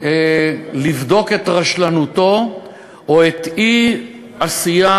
לבדוק את הרשלנות או את האי-עשייה,